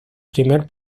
primer